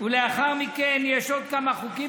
ולאחר מכן יש עוד כמה חוקים,